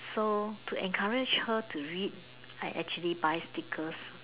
so to encourage her to read I actually buy stickers